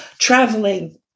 traveling